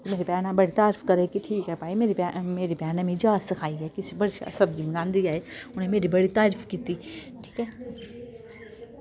मेरी भैनै बड़ी तारीफ करे कि ठीक ऐ भाई मेरी भैन मेरी भैन नै मिगी जाच सखाई ऐ कि बड़ी शैल सब्जी बनांदी ऐ एह् उनै मेरी बड़ी तारीफ कीती ठीक ऐ